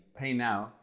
PayNow